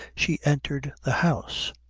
she entered the house.